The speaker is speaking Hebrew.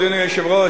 אדוני היושב-ראש,